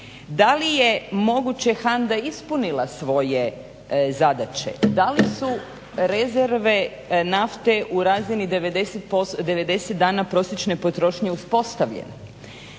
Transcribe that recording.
da li je moguće HANDA ispunila svoje zadaće? Da li su rezerve nafte u razini 90 dana prosječne potrošnje uspostavljeni?